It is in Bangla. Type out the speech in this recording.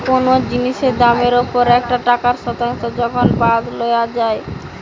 কোনো জিনিসের দামের ওপর একটা টাকার শতাংশ যখন বাদ লওয়া যাই